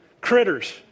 critters